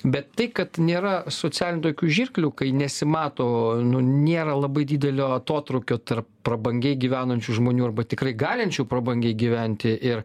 bet tai kad nėra socialinių jokių žirklių kai nesimato nu nėra labai didelio atotrūkio tarp prabangiai gyvenančių žmonių arba tikrai galinčių prabangiai gyventi ir